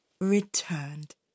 returned